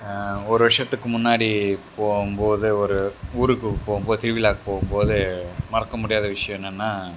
ஒரு வருடத்துக்கு முன்னாடி போகும்போது ஒரு ஊருக்கு போகும்போது திருவிழாக்கு போகும்போது மறக்க முடியாத விஷ்யம் என்னென்னா